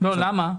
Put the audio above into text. למה?